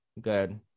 good